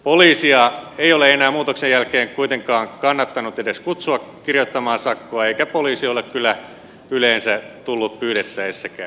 poliisia ei ole enää muutoksen jälkeen kuitenkaan kannattanut edes kutsua kirjoittamaan sakkoa eikä poliisi ole kyllä yleensä tullut pyydettäessäkään